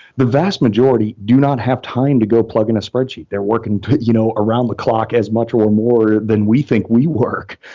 the vast majority do not have time to go plug in a spreadsheet. they're working you know around the clock as much or more than we think we work,